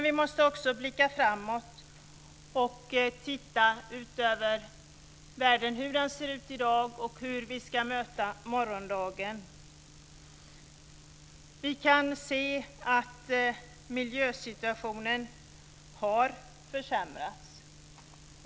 Vi måste också blicka framåt och ut över världen, hur den ser ut i dag och hur vi ska möta morgondagen. Vi kan se att miljösituationen har försämrats.